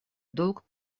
долг